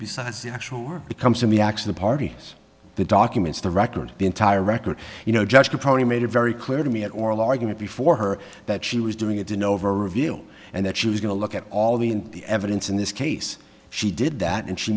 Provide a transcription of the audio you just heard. besides the actual word becomes to me actually the parties the documents the record the entire record you know judge probably made it very clear to me at oral argument before her that she was doing it in over reveal and that she was going to look at all the evidence in this case she did that and she